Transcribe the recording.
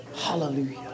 Hallelujah